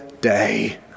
day